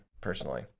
personally